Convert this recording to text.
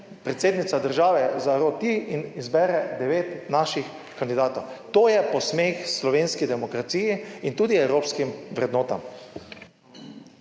predsednica države zaroti in izbere devet naših kandidatov. To je posmeh slovenski demokraciji in tudi evropskim vrednotam.